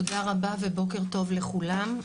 תודה רבה ובוקר טוב לכולם.